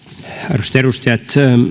arvoisat edustajat